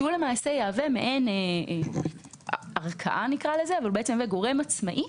שיהווה מעין ערכאה או גורם עצמאי,